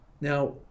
Now